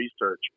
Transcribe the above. Research